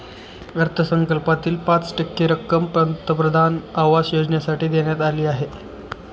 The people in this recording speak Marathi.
अर्थसंकल्पातील पाच टक्के रक्कम पंतप्रधान आवास योजनेसाठी देण्यात आली आहे